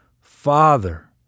Father